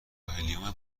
هلیوم